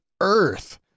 earth